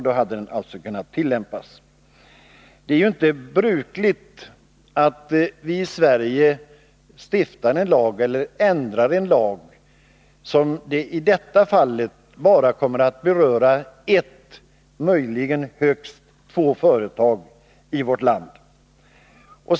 Det är inte brukligt att vi i Sverige stiftar lag eller ändrar en lag som bara, som i detta fall, berör ett eller högst två företag i landet.